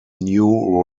new